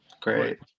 Great